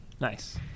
Nice